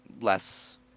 less